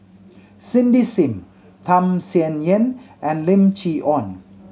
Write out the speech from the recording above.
Cindy Sim Tham Sien Yen and Lim Chee Onn